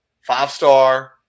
Five-star